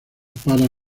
para